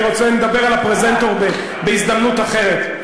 נדבר על הפרזנטור בהזדמנות אחרת.